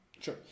Sure